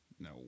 no